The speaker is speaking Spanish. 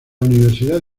universidad